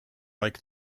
like